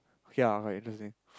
okay lah quite interesting